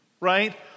Right